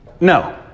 No